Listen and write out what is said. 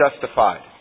justified